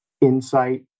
insight